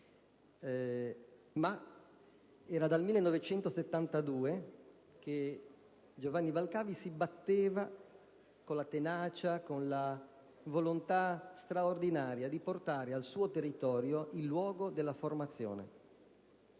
Era però dal 1972 che Giovanni Valcavi si batteva con tenacia e volontà straordinaria per portare nel suo territorio il luogo della formazione.